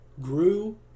grew